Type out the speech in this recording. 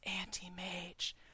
Anti-Mage